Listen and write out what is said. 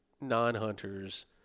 non-hunters